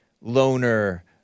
loner